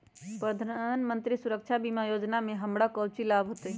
प्रधानमंत्री सुरक्षा बीमा योजना से हमरा कौचि लाभ होतय?